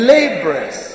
Laborers